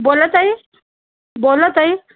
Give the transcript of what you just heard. बोला ताई बोला ताई